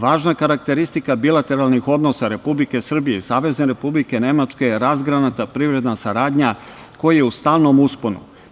Važna karakteristika bilateralnih odnosa Republike Srbije i Savezne Republike Nemačke je razgranata privredna saradnja koja je u stalnom usponu.